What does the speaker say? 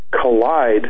collide